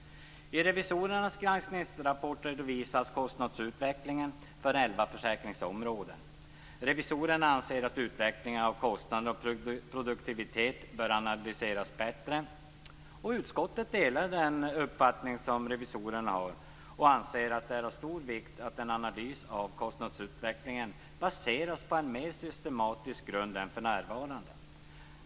I revisorernas granskningsrapport redovisas kostnadsutvecklingen för elva försäkringsområden. Revisorerna anser att utvecklingen av kostnader och produktivitet bör analyseras bättre. Utskottet delar revisorernas uppfattning och anser att det är av stor vikt att en analys av kostnadsutvecklingen baseras på en mer systematisk grund än för närvarande.